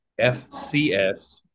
FCS